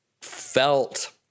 felt